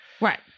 Right